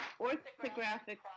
orthographic